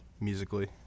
musically